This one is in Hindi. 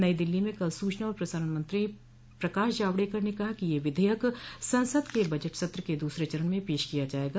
नई दिल्ली में कल सूचना और प्रसारण मंत्री प्रकाश जावड़ेकर ने कहा कि यह विधेयक संसद के बजट सत्र के दूसरे चरण में पेश किया जायेगा